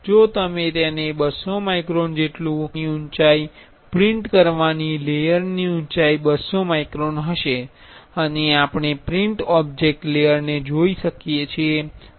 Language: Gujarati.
જો તમે તેને 200 માઇક્રોન જેટલું આપી રહ્યા છો તો પ્રિંટ કરવાની ઉંચાઈ પ્રિંટ કરવાની લેયર ની ઉંચાઈ 200 માઇક્રોન હશે અને આપણે પ્રિન્ટ ઓબ્જેક્ટ લેયરને જોઈ શકીએ છીએ